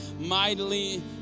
mightily